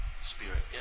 spirit